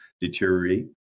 deteriorate